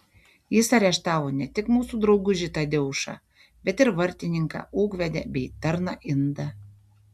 jis areštavo ne tik mūsų draugužį tadeušą bet ir vartininką ūkvedę bei tarną indą